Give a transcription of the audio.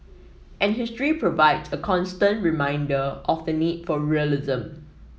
and history provide a constant reminder of the need for realism